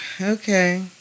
okay